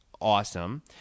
awesome